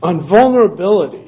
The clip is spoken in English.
on vulnerability